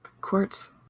quartz